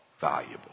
valuable